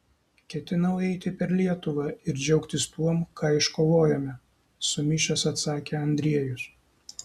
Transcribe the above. ketinau eiti per lietuvą ir džiaugtis tuom ką iškovojome sumišęs atsakė andriejus